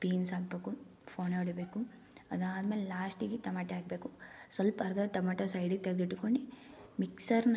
beans ಹಾಕ್ಬೇಕು ಫೋನೆ ಹೊಡಿಬೇಕು ಅದಾದ್ಮೇಲೆ ಲಾಸ್ಟಿಗೆ ಟಮ್ಯಾಟೇ ಹಾಕ್ಬೇಕು ಸ್ವಲ್ಪಅದರ ಟಮ್ಯಾಟೆ ಸೈಡಿಗೆ ತೆಗ್ದಿಟ್ಕೊಂಡು ಮಿಕ್ಸರ್ನ